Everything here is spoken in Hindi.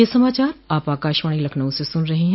ब्रे क यह समाचार आप आकाशवाणी लखनऊ से सुन रहे हैं